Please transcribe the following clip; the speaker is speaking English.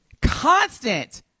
Constant